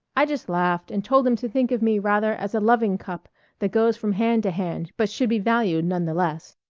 i just laughed and told him to think of me rather as a loving-cup that goes from hand to hand but should be valued none the less.